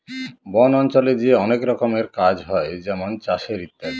বন অঞ্চলে যে অনেক রকমের কাজ হয় যেমন চাষের ইত্যাদি